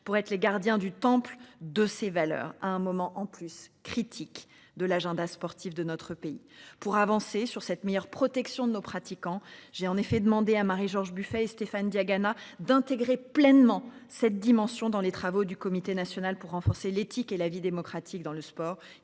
pour être les gardiens du temple de ses valeurs, à un moment en plus critique de l'agenda sportif de notre pays pour avancer sur cette meilleure protection de nos pratiquants. J'ai en effet demandé à Marie-George Buffet, Stéphane Diagana, d'intégrer pleinement cette dimension dans les travaux du comité national pour renforcer l'éthique et la vie démocratique dans le sport